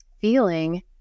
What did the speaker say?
feeling